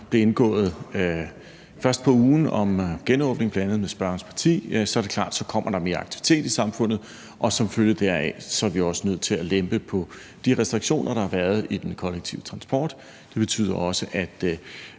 der blev indgået først på ugen om genåbning med bl.a. spørgerens parti, er det klart, at der kommer mere aktivitet i samfundet, og som følge deraf er vi også nødt til at lempe på de restriktioner, der har været i den kollektive transport. Det betyder også, at